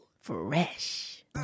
Fresh